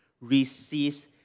receives